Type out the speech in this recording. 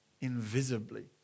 invisibly